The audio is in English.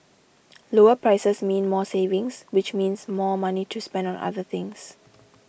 lower prices mean more savings which means more money to spend on other things